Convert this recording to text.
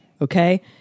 okay